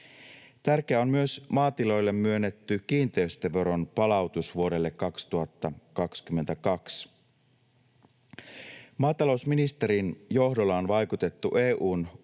Tärkeä on myös maatiloille myönnetty kiinteistöveron palautus vuodelle 2022. Maatalousministerin johdolla on vaikutettu EU:n uuden